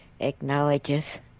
acknowledges